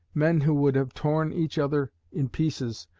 men who would have torn each other in pieces,